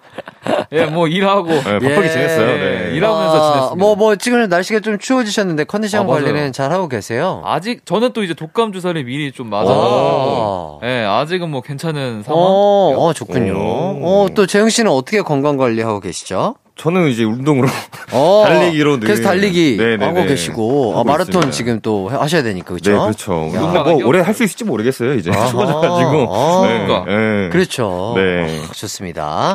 예, 뭐 일하고 예, 바쁘게 지냈어요. 예, 네. 일하면서 아, 지냈습니다. 뭐, 뭐 지금은 날씨가 좀 추워지셨는데 컨디션 아, 맞아요. 관리는 잘하고 계세요? 아직 저는 또 이제 독감 주사를 미리 좀 맞아가지고 아. 예, 아직은 뭐 괜찮은 상황이었- 어, 어, 좋군요. 음. 어, 또 재영 씨는 어떻게 건강 관리하고 계시죠? 저는 이제 운동으로 달리기로 어, 그래서 늘- 달리기 네, 네, 하고 네. 계시고, 어, 하고 마라톤 있습니다. 지금 또 하셔야 되니까, 그쵸? 네, 그렇죠. 야. 운동 뭐 올해 할 수 있을지 모르겠어요, 이제. 아하, 추워져가지고. 아. 네, 추우니까. 네. 그렇죠. 네. 아, 좋습니다.